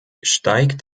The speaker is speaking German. steigt